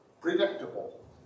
predictable